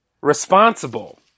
responsible